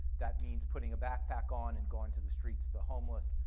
that means putting a backpack on and going to the streets, the homeless,